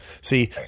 See